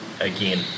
again